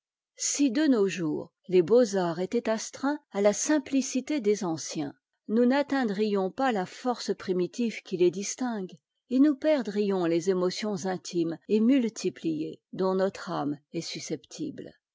si de nos jours les beaux-arts étaient astreints à la simplicité des anciens nous n'atteindrions pas à la force primitive qui les distingue et nous perdrions les émotions intimes et multipliées dont notre âme est susceptible